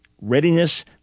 readiness